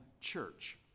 church